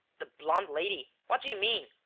the blonde lady? what do you mean?